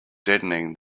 deadening